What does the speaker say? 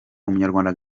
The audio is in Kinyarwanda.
umunyarwanda